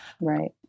Right